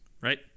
right